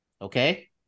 Okay